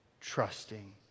trusting